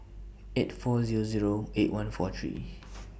eight four Zero Zero eight one four three